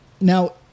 Now